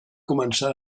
començar